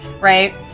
right